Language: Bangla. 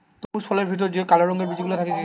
তরমুজ ফলের ভেতর যে কালো রঙের বিচি গুলা থাকতিছে